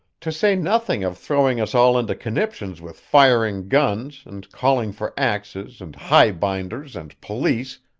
to say nothing of throwing us all into conniptions with firing guns, and calling for axes, and highbinders, and police,